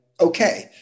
okay